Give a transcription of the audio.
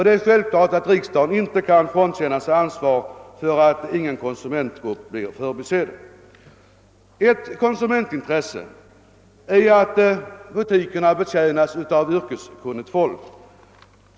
Det är självklart att riksdagen inte kan frånkännas ansvaret för att konsumentgrupper blir förbisedda. Ett konsumentintresse är att butikerna betjänas av yrkeskunnigt folk.